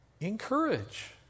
Encourage